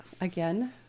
again